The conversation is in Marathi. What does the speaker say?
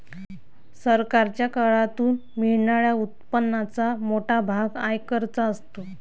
सरकारच्या करातून मिळणाऱ्या उत्पन्नाचा मोठा भाग आयकराचा असतो